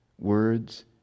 words